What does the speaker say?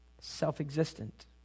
self-existent